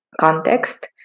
context